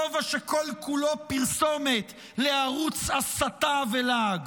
כובע שכל-כולו פרסומת לערוץ הסתה ולעג?